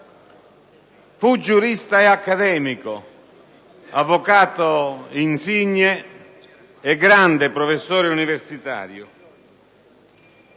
Fu giurista e accademico, avvocato insigne e grande professore universitario.